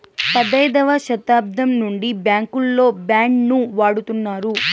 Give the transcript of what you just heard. పదైదవ శతాబ్దం నుండి బ్యాంకుల్లో బాండ్ ను వాడుతున్నారు